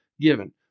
given